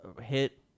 hit